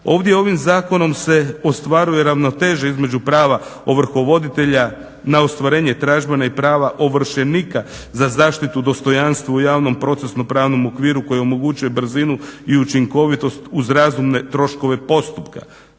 Ovdje ovim zakonom se ostvaruje ravnoteža između prava ovrhovoditelja na ostvarenje tražbe i prava ovršenika za zaštita dostojanstva u javnom procesno pravnom okviru koji omogućuje brzinu i učinkovitost uz razumne troškove postupka,